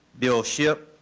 bill shipp,